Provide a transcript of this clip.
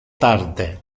tarde